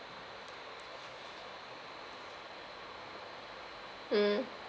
mm